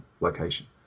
location